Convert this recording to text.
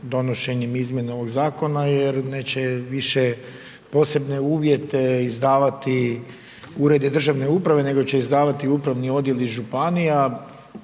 donošenjem izmjeni ovog zakona jer neće više posebne uvjete izdavati uredi državne uprave nego će izdavati upravni odjeli županija